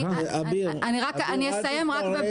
אביר, אל תתפרץ.